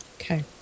Okay